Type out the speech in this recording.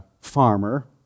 farmer